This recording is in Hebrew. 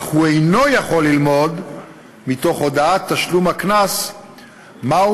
אך הוא אינו יכול ללמוד מתוך הודעת תשלום הקנס מהו